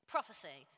Prophecy